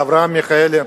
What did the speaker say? לאברהם מיכאלי,